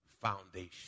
foundation